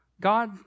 God